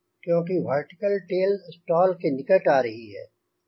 क्योंकि vertical tail stall के निकट आ रही है